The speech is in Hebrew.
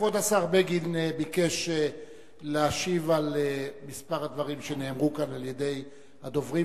כבוד השר בגין ביקש להשיב על כמה הדברים שנאמרו כאן על-ידי הדוברים,